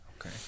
Okay